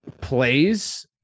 plays